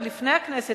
עוד לפני שהגעתי לכנסת,